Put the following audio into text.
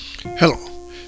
Hello